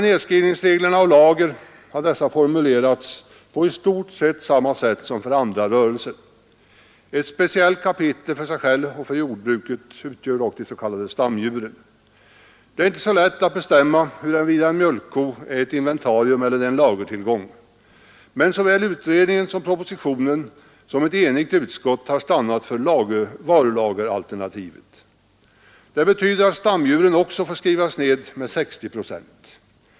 Nedskrivningsreglerna för lager har formulerats på i stort sett samma sätt som för andra rörelser. Ett speciellt kapital för jordbruket utgör dock de s.k. stamdjuren. Det är inte så lätt att bestämma huruvida en mjölkko är ett inventarium eller en lagertillgång, men såväl utredningen som propositionen och ett enigt utskott har stannat för varulageralternativet. Det betyder att stamdjuren också får skrivas ned med 60 procent.